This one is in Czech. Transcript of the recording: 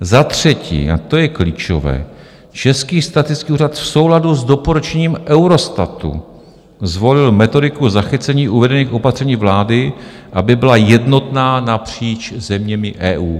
Za třetí, a to je klíčové, Český statický úřad v souladu s doporučením Eurostatu zvolil metodiku zachycení uvedených opatření vlády, aby byla jednotná napříč zeměmi EU.